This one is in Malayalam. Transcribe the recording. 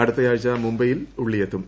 അടുത്തയാഴ്ച മുംബൈയിൽ ഉള്ളി എത്തും